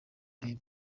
bieber